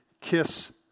kiss